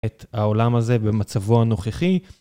את העולם הזה במצבו הנוכחי.